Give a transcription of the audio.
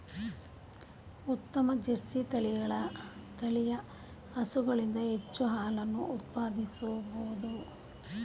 ಉತ್ತಮ ಜರ್ಸಿ ತಳಿಯ ಹಸುಗಳಿಂದ ಹೆಚ್ಚು ಹಾಲನ್ನು ಉತ್ಪಾದಿಸಬೋದು